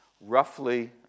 Roughly